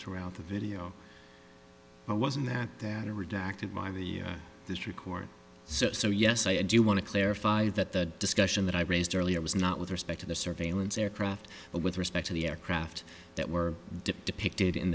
throughout the video i was in that that are redacted by this record so so yes i do want to clarify that the discussion that i raised earlier was not with respect to the surveillance aircraft but with respect to the aircraft that were depicted in